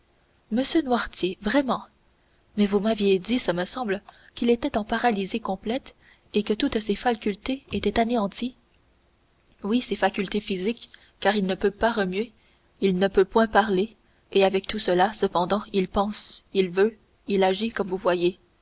noirtier vraiment mais vous m'aviez dit ce me semble qu'il était en paralysie complète et que toutes ses facultés étaient anéanties oui ses facultés physiques car il ne peut pas remuer il ne peut point parler et avec tout cela cependant il pense il veut il agit comme vous voyez